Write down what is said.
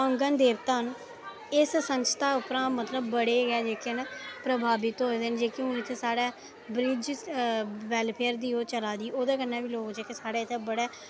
पोंगन देवता न एस संस्था उप्परा मतलब बड़े के जेह्के नै प्रभावित होए देैन जेह्के हून इत्थै साढ़ै ब्रिज वैलफेयर दी ओह् चला दी ओह्दे कन्नै बी लोग जेह्के साढ़े इत्थै